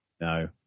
No